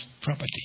property